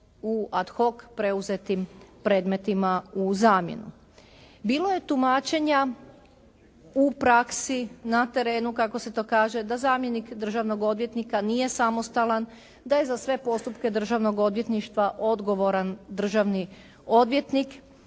u ad hoc preuzetim predmetima u zamjenu. Bilo je tumačenja u praksi na terenu kako se to kaže, da zamjenik državnog odvjetnika nije samostalna, da je za sve postupke Državnog odvjetništva odgovoran državni odvjetnik